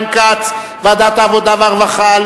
ועדת העבודה והרווחה,